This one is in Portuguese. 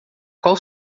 qual